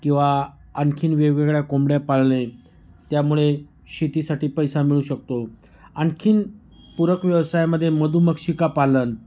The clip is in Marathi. किंवा आणखीन वेगवेगळ्या कोंबड्या पाळणे त्यामुळे शेतीसाठी पैसा मिळू शकतो आणखीन पूरक व्यवसायामध्ये मधुमक्षिका पालन